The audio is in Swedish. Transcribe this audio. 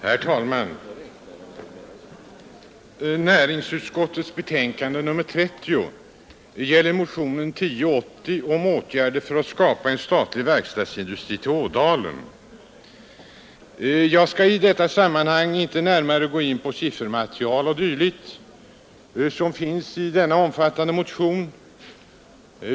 Herr talman! Näringsutskottets betänkande nr 30 gäller motionen 1080 om åtgärder för att skapa en statlig verkstadsindustri i Ådalen. Jag skall i detta sammanhang inte närmare gå in på siffermaterial o. d. som finns i denna omfattande motion.